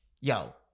Yo